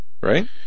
right